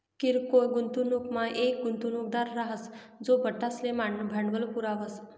किरकोय गुंतवणूकमा येक गुंतवणूकदार राहस जो बठ्ठासले भांडवल पुरावस